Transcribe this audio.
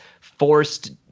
forced